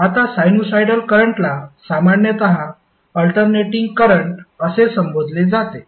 आता साइनुसॉईडल करंटला सामान्यत अल्टरनेटिंग करंट असे संबोधले जाते